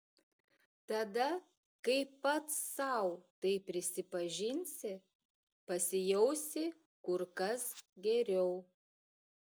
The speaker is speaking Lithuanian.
tada kai pats sau tai prisipažinsi pasijausi kur kas geriau